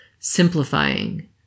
Simplifying